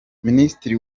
minisitiri